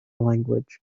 language